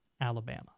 Alabama